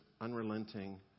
unrelenting